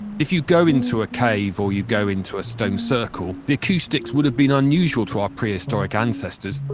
if you go into a cave or you go into a stone circle, the acoustics would have been unusual to our prehistoric ancestors.